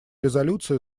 резолюция